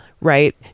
right